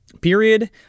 period